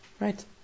Right